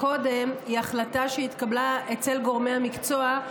קודם היא החלטה שהתקבלה אצל גורמי המקצוע,